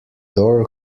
door